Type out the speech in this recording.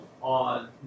on